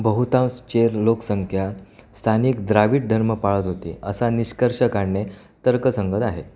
बहुतांश चेर लोकसंख्या स्थानिक द्राविड धर्म पाळत होते असा निष्कर्ष काढणे तर्कसंगत आहे